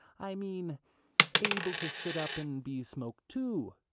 i mean able to sit up and be smoked to,